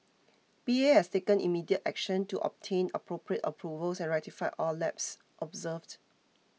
P A has taken immediate action to obtain appropriate approvals and rectify all lapses observed